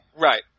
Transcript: Right